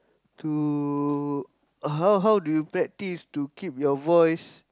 to how how do you practice to keep your voice